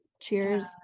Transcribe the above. cheers